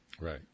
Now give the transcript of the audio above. Right